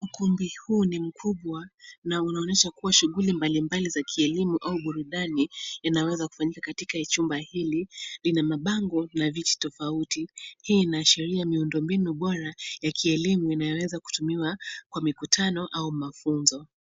Ukumbi huu ni mkubwa na unaonyesha kuwa shughuli mbalimbali za kielimu au burudani inaweza kufanyika katika chumba hili. Lina mabango na vitu tofauti. Hii inaashiria miundo mbinu bora ya kielimu inayoweza kutumiwa kwa mikutano au mafunzo.